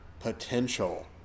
potential